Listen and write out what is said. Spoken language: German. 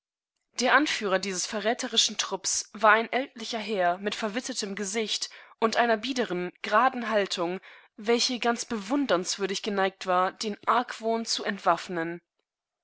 der anführer dieses verräterischen trupps war ein ältlicher herr mit verwittertem gesicht und einer biedern geraden haltung welche ganz bewundernswürdig geeignet war denargwohnzuentwaffnen